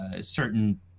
certain